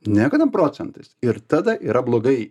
ne kad ten procentais ir tada yra blogai